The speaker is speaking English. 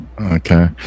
okay